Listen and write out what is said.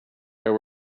there